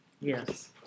Yes